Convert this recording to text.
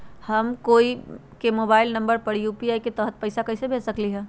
हम कोई के मोबाइल नंबर पर यू.पी.आई के तहत पईसा कईसे भेज सकली ह?